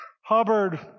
Hubbard